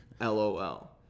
lol